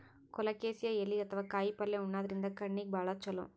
colocasia ಎಲಿ ಅಥವಾ ಕಾಯಿಪಲ್ಯ ಉಣಾದ್ರಿನ್ದ ಕಣ್ಣಿಗ್ ಭಾಳ್ ಛಲೋ